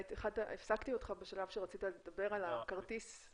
הפסקתי אותך בשלב שרצית לדבר על הכרטיס החדש.